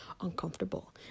uncomfortable